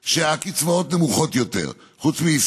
שהקצבאות בהן נמוכות יותר מישראל.